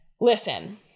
Listen